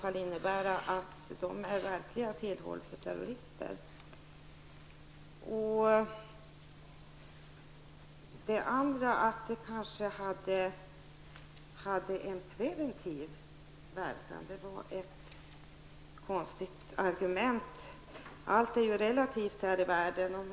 Argumentet att terroristlagstiftningen skulle ha en preventiv verkan tycker jag är konstigt. Allt är ju relativt.